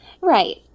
Right